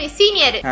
senior